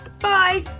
Bye